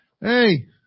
Hey